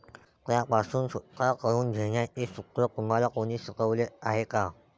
त्यापासून सुटका करून घेण्याचे सूत्र तुम्हाला कोणी शिकवले आहे का?